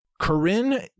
Corinne